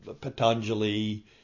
Patanjali